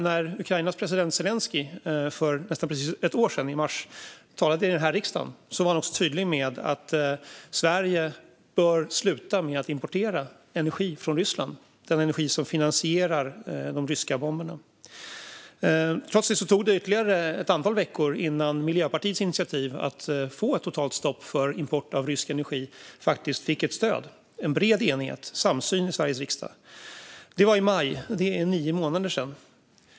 När Ukrainas president Zelenskyj för nästan precis ett år sedan, i mars, talade i den här riksdagen var han tydlig med att Sverige bör sluta med att importera energi från Ryssland - den energi som finansierar de ryska bomberna. Trots det tog det ytterligare ett antal veckor innan Miljöpartiets initiativ att få ett totalt stopp för import av rysk energi faktiskt fick ett stöd, en bred enighet och samsyn i Sveriges riksdag. Det var i maj, och det är nio månader sedan.